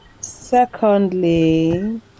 Secondly